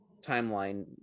timeline